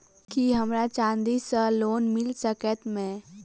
की हमरा चांदी सअ लोन मिल सकैत मे?